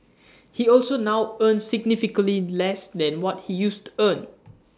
he also now earns significantly less than what he used to earn